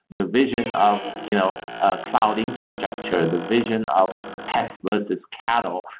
the vision of you know ah cloud infrastructure, and the vision of pets versus cattle,